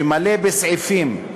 שמלא בסעיפים,